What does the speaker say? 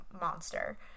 monster